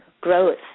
growth